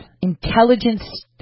intelligence